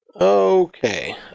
Okay